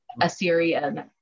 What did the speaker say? Assyrian